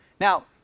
Now